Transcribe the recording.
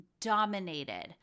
dominated